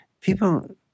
people